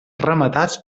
rematats